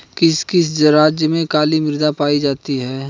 किस किस राज्य में काली मृदा पाई जाती है?